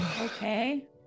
Okay